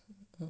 yeah